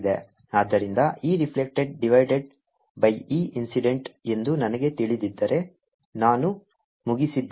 ಆದ್ದರಿಂದ E reflected divided by E incident ಎಂದು ನನಗೆ ತಿಳಿದಿದ್ದರೆ ನಾನು ಮುಗಿಸಿದ್ದೇನೆ